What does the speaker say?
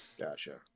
Gotcha